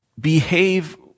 behave